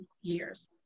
years